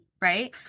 Right